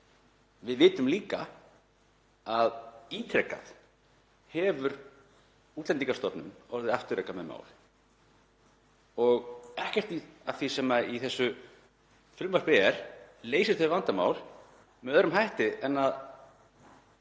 Við vitum líka að ítrekað hefur Útlendingastofnun orðið afturreka með mál. Ekkert af því sem í þessu frumvarpi er leysir þau vandamál með öðrum hætti en að